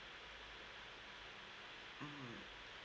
mm